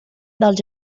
dels